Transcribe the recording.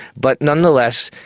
but nonetheless,